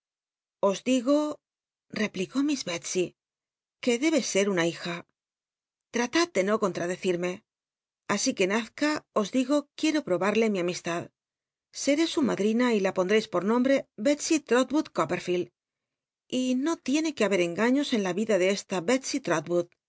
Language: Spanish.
digo replicó mis belsey que debe ser una hija tratad de no conlradccitm e así que nazca os digo qu iero probarle mi am istad seré su madrina y la pondteis pot nombre hclscy ttotwood coppcrficld y no tiene r uc haber engalios en la ida de cs betsey